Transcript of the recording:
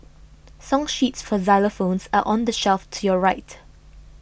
song sheets for xylophones are on the shelf to your right